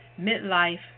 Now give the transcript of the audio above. Midlife